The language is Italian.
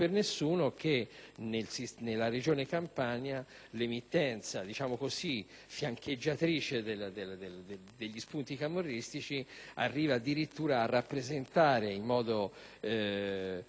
che nella Regione Campania l'emittenza fiancheggiatrice degli spunti camorristici arriva addirittura a rappresentare in modo